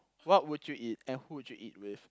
what would you eat and who would you eat with